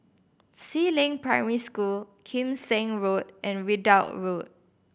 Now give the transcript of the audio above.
Si Ling Primary School Kim Seng Road and Ridout Road